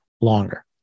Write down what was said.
longer